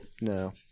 No